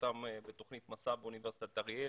אותם בתוכנית "מסע" באוניברסיטת אריאל,